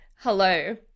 Hello